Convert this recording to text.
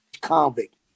convict